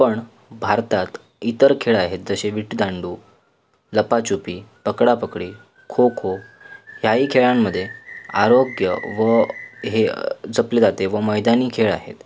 पण भारतात इतर खेळ आहेत जसे विटीदांडू लपाछुपी पकडापकडी खो खो याही खेळांमध्ये आरोग्य व हे जपले जाते व मैदानी खेळ आहेत